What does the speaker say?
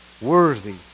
Worthy